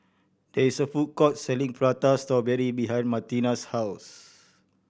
there is a food court selling Prata Strawberry behind Martina's house